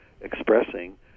expressing